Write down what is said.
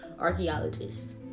archaeologists